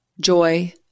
joy